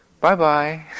bye-bye